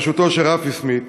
בראשותו של רפי סמית,